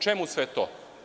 Čemu sve to?